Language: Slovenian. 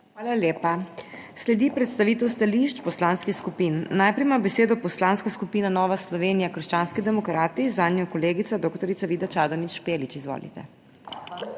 Hvala lepa. Sledi predstavitev stališč poslanskih skupin. Najprej ima besedo Poslanska skupina Nova Slovenija – krščanski demokrati, zanjo kolegica dr. Vida Čadonič Špelič. Izvolite.